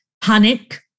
panic